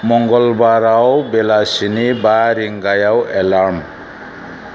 मंगलबाराव बेलासिनि बा रिंगायाव एलार्म